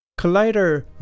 Collider